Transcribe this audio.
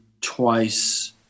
twice